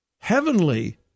heavenly